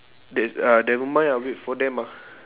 that uh never mind ah wait for them ah